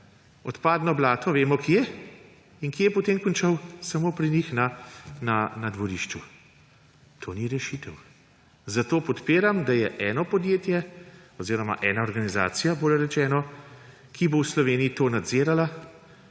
odpadno blato – vemo, kje. In kje je potem končalo? Samo pri njih na dvorišču. To ni rešitev. Zato podpiram, da je eno podjetje oziroma ena organizacija, bolje rečeno, ki bo v Sloveniji to nadzirala,